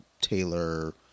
taylor